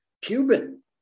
Cuban